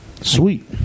Sweet